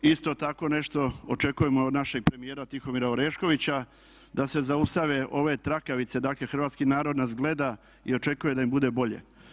Isto tako nešto očekujemo od našeg premijera Tihomira Oreškovića da se zaustave ove trakavice, dakle hrvatski narod nas gleda i očekuje da im bude bolje.